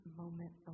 moment